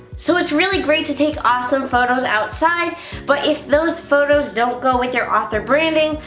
so it's really great to take awesome photos outside but if those photos don't go with your author branding,